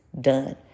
done